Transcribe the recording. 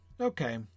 Okay